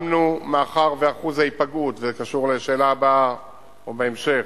מאחר שאחוז ההיפגעות, זה קשור לשאלה הבאה או בהמשך